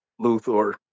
Luthor